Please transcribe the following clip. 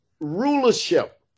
rulership